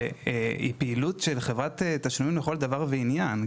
שהיא פעילות של חברת תשלומים לכל דבר ועניין.